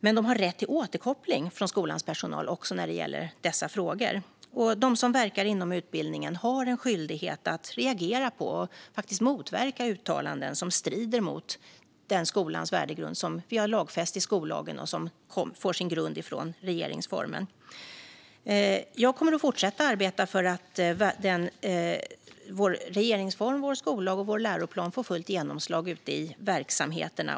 Men de har rätt till återkoppling från skolans personal också när det gäller dessa frågor. De som verkar inom utbildningen har en skyldighet att reagera på och faktiskt motverka uttalanden som strider mot den värdegrund för skolan som vi har lagfäst i skollagen och som har sin grund i regeringsformen. Jag kommer att fortsätta arbeta för att vår regeringsform, vår skollag och vår läroplan ska få fullt genomslag ute i verksamheterna.